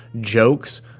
jokes